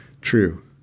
true